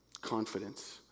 Confidence